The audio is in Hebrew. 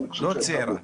לא צעירה.